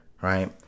right